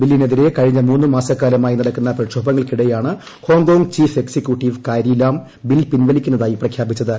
ബില്ലിനെതിരെ കഴിഞ്ഞ മൂന്നുമാസക്കാലമായി നടക്കുന്ന പ്രക്ഷോഭങ്ങൾക്കിടെയാണ് Hong Kong chief executive Carrie Lam bill പിൻവലിക്കുന്നതായി പ്രഖ്യാപിച്ചത്